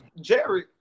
Jerry